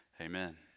Amen